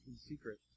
secret